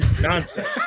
Nonsense